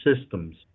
systems